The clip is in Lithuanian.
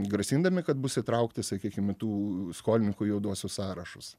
grasindami kad bus įtraukti sakykim į tų skolininkų juoduosius sąrašus